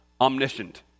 omniscient